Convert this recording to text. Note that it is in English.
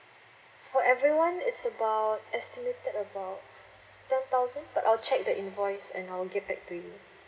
for everyone it's about estimated about ten thousand I'll check the invoice and I'll get back to you